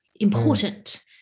important